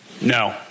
No